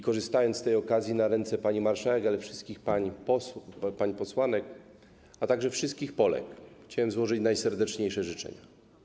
Korzystając z tej okazji, na ręce pani marszałek, wszystkich pań posłanek, a także wszystkich Polek chciałbym złożyć najserdeczniejsze życzenia.